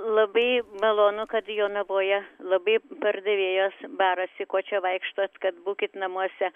labai malonu kad jonavoje labai pardavėjos barasi ko čia vaikštot kad būkit namuose